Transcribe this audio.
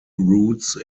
routes